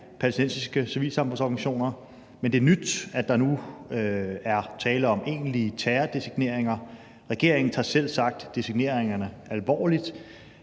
palæstinensiske civilsamfundsorganisationer, men det er nyt, at der nu er tale om egentlige terrordesigneringer. Regeringen tager selvsagt designeringerne alvorligt.